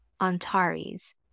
Antares